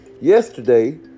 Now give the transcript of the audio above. yesterday